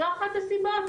זו אחת הסיבות,